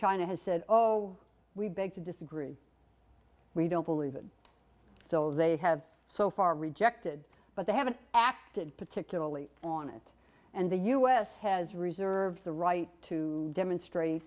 china has said oh we beg to disagree we don't believe it so they have so far rejected but they haven't acted particularly on it and the u s has reserved the right to demonstrate